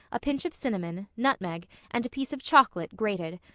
a pinch of cinnamon, nutmeg and a piece of chocolate grated.